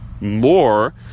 more